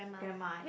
grandma